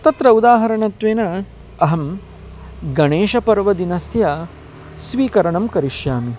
तत्र उदाहरणत्वेन अहं गणेशपर्वदिनस्य स्वीकरणं करिष्यामि